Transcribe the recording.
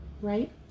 right